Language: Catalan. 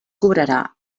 cobrarà